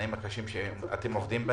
תנאים קשים אתם עובדים.